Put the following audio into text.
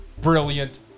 brilliant